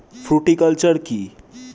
Fruticulture কী?